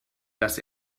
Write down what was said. dass